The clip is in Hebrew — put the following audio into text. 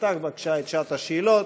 תפתח בבקשה את שעת השאלות,